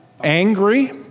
angry